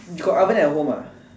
you got oven at home ah